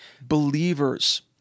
believers